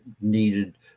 needed